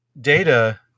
Data